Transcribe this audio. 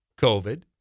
COVID